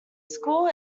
school